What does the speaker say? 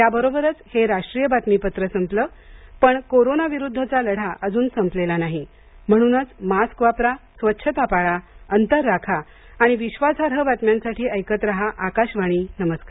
याबरोबरच हे राष्ट्रीय बातमीपत्र संपलं पण कोरोनाविरुद्धचा लढा अजून संपलेला नाही म्हणूनच मास्क वापरा स्वच्छता पाळा अंतर राखा आणि विश्वासार्ह बातम्यांसाठी ऐकत राहा आकाशवाणी नमस्कार